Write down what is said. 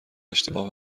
اشتباه